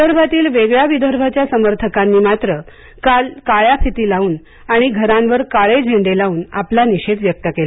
विदर्भातील वेगळ्या विदर्भाच्या समर्थकांनी मात्र काल काळ्या फिती लावून आणि घरांवर काळे झेंडे लावून आपला निषेध व्यक्त केला